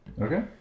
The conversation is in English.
Okay